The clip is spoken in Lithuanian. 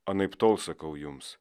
anaiptol sakau jums